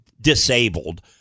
disabled